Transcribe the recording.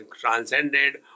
transcended